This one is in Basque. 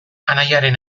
anaiaren